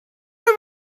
have